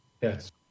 Yes